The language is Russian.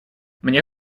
мне